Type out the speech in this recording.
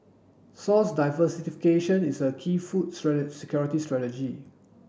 source diversification is a key food security strategy